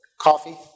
coffee